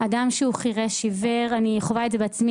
אדם שהוא חירש עיוור אני חווה את זה בעצמי